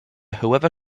whoever